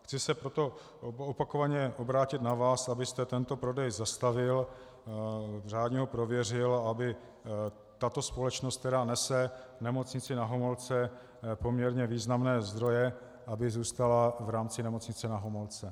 Chci se proto opakovaně obrátit na vás, abyste tento prodej zastavil, řádně ho prověřil a aby tato společnost, která nese Nemocnici Na Homolce poměrně významné zdroje, zůstala v rámci Nemocnice Na Homolce.